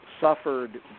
suffered